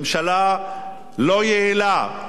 ממשלה לא יעילה,